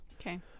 Okay